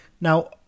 Now